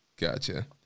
Gotcha